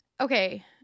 okay